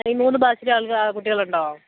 ഈ മൂന്നു ബാച്ചിലും ആളുകൾ കുട്ടികളുണ്ടോ